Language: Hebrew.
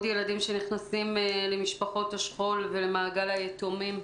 ילדים שנכנסים למשפחות השכול ולמעגל היתומים.